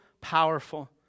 powerful